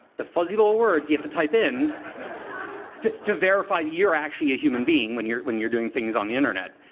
the fuzzy little words you have to type in to to verify that you're actually a human being when you're when you're doing things on the internet.